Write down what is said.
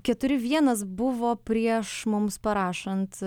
keturi vienas buvo prieš mums parašant